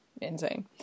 insane